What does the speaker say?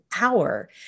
hour